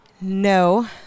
No